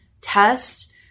test